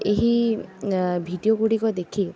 ଏହି ଭିଡ଼ିଓ ଗୁଡ଼ିକ ଦେଖି